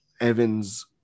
Evans